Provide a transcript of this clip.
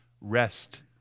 rest